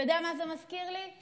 אתה יודע מה זה מזכיר לי?